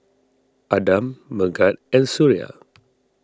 Adam Megat and Suria